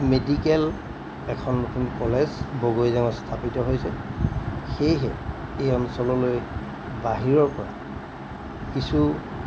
medical এখন নতুন college বগৈজাঙত স্থাপিত হৈছে সেয়েহে এই অঞ্চললৈ বাহিৰৰ পৰা কিছু